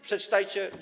Przeczytajcie.